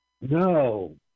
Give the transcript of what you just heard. No